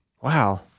Wow